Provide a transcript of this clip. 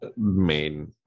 main